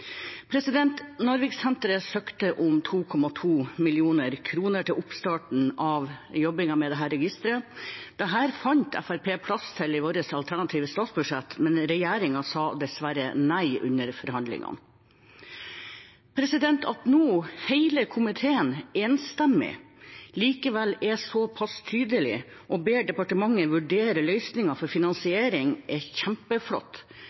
søkte om 2,2 mill. kr til oppstarten av jobbingen med dette registeret. Det fant Fremskrittspartiet plass til i sitt alternative budsjett, men regjeringen sa dessverre nei i forhandlingene. At en enstemmig komité nå likevel er såpass tydelig og ber departementet vurdere løsninger for finansiering, er kjempeflott.